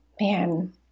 man